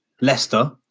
Leicester